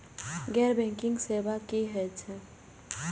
गैर बैंकिंग सेवा की होय छेय?